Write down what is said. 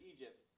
Egypt